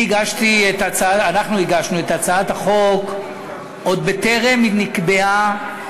אנחנו הגשנו את הצעת החוק עוד בטרם נקבעה